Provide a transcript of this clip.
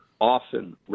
often